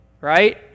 right